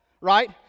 Right